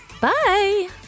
Bye